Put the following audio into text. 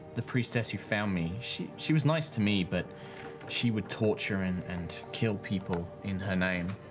the priestess who found me, she she was nice to me, but she would torture and and kill people in her name.